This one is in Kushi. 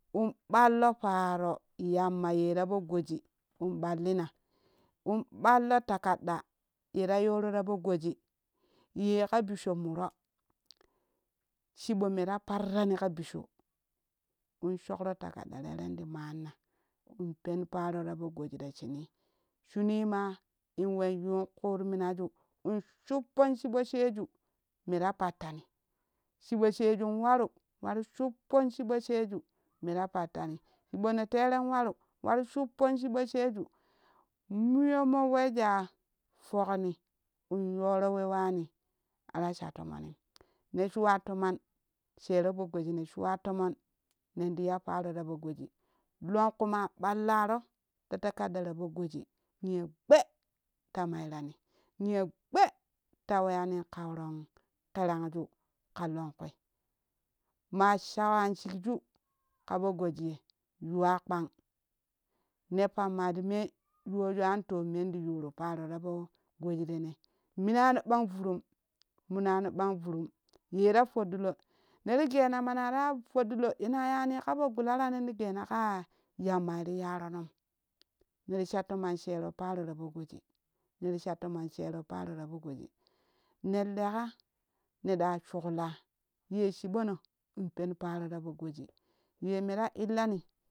Un ɓallo paaro yamma ye rapo goji in ɓallina un ɓallo takadɗa yera yoro rapo goji ye ka bisho muroo chiɓo me ra parrani ka bisho in shokro ta kadda tekenti manna in pen paro tapo goji ta shiinii shunii maa inwen yun kar minaju in shuppon chiɓi sheju me ra pattani chiɓo shejun waru wari shuppon chiɓo sheju mera pattani chiɓon teren waru wari shuppon chiɓo sheju muyonmo woja pokni in yoro we wani ara sha tomonim ne shuwa tomon sheno poo goji ne shuwa tomon neti ya paro ta po goji longku ma ɓallaro ta takaɗɗa tapo goji niyo gbee ta mairani niyo gbee ta weyanin ƙauran ƙeranju ƙa lonkui maa shawan shikju ƙapo gojiye yuwa kpan ne pammatime yuwaju antom menti yuru paro rapo goji rene minano ɓan vurum munano ɓanvurum yera fodɗilo neri gena manara ya toɗɗilo yena yani ƙa po gulara nenti gena ƙaa yammai ri yaronom neri sha tomon shero parora po goji neri sha tomon shero para ra poo goji ne leƙa neɗa shikla ye chiɓono in pen paro ta po goji ye mera illani